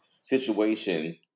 situation